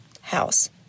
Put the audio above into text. house